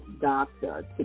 doctor